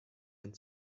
ein